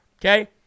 okay